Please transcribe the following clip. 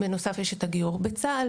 בנוסף יש את הגיור בצה"ל,